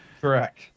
Correct